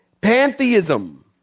Pantheism